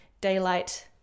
Daylight